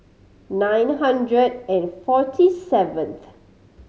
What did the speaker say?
nine hundred and forty seventh